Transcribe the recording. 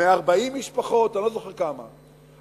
140 משפחות, אני לא זוכר כמה,